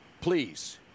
Please